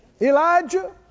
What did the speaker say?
Elijah